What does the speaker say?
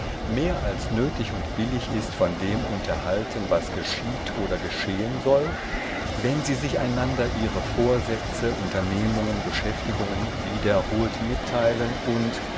mehr als nötig und billig ist von dem unterhalten was geschieht oder geschehen soll wenn sie sich einander ihre vorsätze unternehmungen beschäftigungen wiederholt mitteilen und